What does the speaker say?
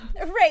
right